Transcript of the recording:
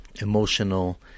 emotional